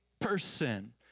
person